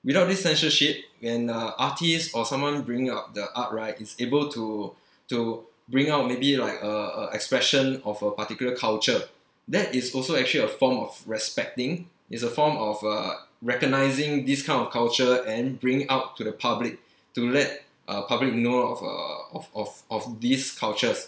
without this censorship an uh artist or someone bringing out the art right is able to to bring out maybe like uh uh expression of a particular culture that is also actually a form of respecting it's a form of uh recognising this kind of culture and bring it out to the public to let uh public know of uh of of of these cultures